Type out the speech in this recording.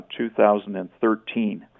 2013